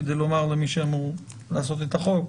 כדי לומר למי שאמור לעשות את החוק,